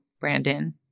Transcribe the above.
Brandon